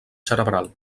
cerebral